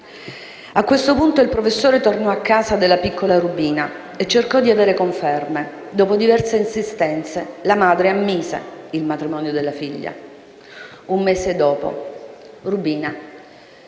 A questo punto il professore tornò a casa della piccola Rubina e cercò di avere conferme: dopo diverse insistenze, la madre ammise il matrimonio della figlia. Un mese dopo, Rubina